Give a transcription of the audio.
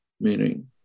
meaning